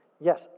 Yes